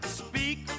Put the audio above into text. speak